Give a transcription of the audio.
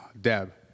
Deb